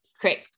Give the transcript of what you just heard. great